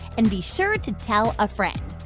and be sure to tell a friend.